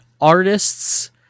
artists